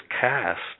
cast